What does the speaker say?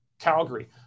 Calgary